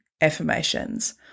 affirmations